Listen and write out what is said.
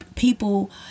People